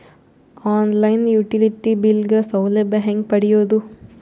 On line utility bill ಗ ಸೌಲಭ್ಯ ಹೇಂಗ ಪಡೆಯೋದು?